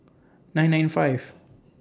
nine nine five